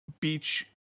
beach